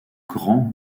grands